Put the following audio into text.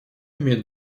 имеет